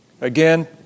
Again